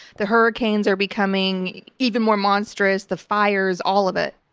the hurricanes are becoming even more monstrous, the fires, all of it.